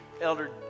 elder